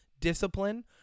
discipline